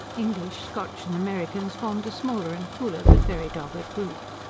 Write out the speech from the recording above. english, scotch and americans formed a smaller and cooler, but very dogged group.